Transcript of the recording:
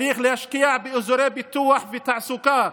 צריך להשקיע באזורי פיתוח ותעסוקה,